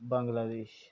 Bangladesh